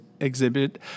exhibit